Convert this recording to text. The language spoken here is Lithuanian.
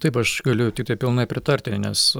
taip aš galiu tiktai pilnai pritarti nes